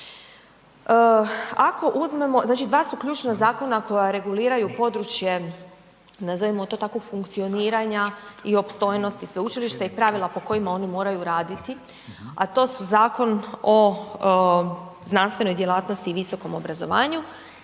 dva su ključna zakona koja reguliraju područje nazovimo to tako funkcioniranja i opstojnosti sveučilišta i pravila po kojima oni moraju raditi, a to su Zakon o znanstvenoj djelatnosti i visokom obrazovanju